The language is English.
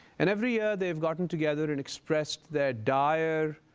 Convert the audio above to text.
and every year they've gotten together and expressed their dire